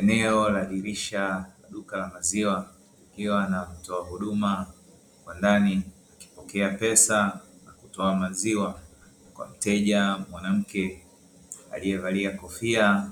Eneo la dirisha la duka la maziwa likiwa na mtoa huduma kwa ndani akipokea pesa na kutoa maziwa kwa mteja mwanamke aliyevalia kofia